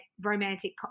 romantic